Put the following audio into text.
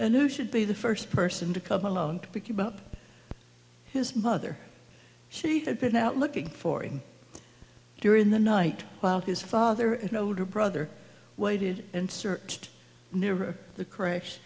and who should be the first person to come along to pick him up his mother she had been out looking for him during the night while his father and older brother waited and searched near the crash